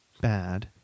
bad